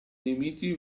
nemici